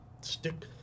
stick